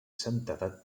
santedat